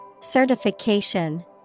Certification